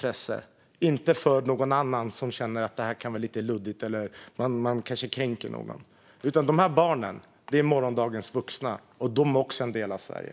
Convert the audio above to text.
Vi ska inte göra det för någon annan som tycker att det här är lite luddigt eller blir kränkt. De här barnen är morgondagens vuxna, och de är också en del av Sverige.